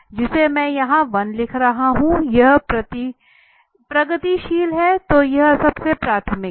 जिसे मैं यहाँ 1 लिख रहा हूँ यह प्रगतिशील है तो यह सबसे प्राथमिक हैं